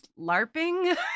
LARPing